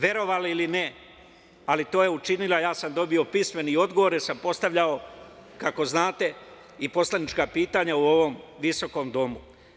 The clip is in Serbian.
Verovali ili ne, ali to je učinio, ja sam dobio pismeni odgovor, jer sam postavljao, kako znate, i poslanička pitanja u ovom visokom domu.